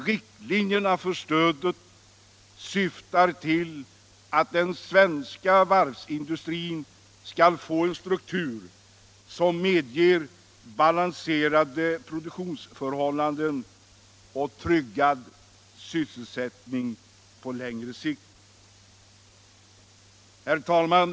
Riktlinjerna för stödet syftar till att den svenska varvsindustrin skall få en struktur som medger balanserade produktionsförhållanden och tryggad sysselsättning på längre sikt. Herr talman!